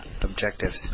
objectives